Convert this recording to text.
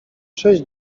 sześć